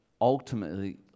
ultimately